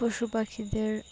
পশু পাখিদের